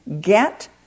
get